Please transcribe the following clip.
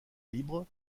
libres